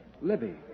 Libby